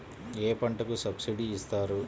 ఏ పంటకు సబ్సిడీ ఇస్తారు?